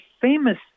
famous